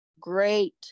Great